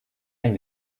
ein